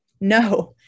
No